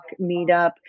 meetup